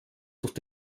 durch